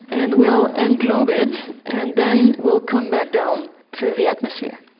and will and englobe it and then will come back down to the atmosphere.